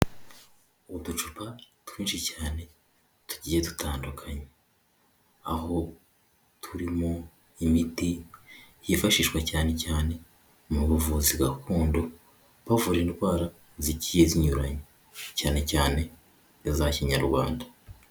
Uducupa twinshi cyane tugiye dutandukanye, aho turimo imiti yifashishwa cyane cyane mu buvuzi gakondo, bavura indwara zigiye zinyuranye cyane cyane nza kinyarwanda.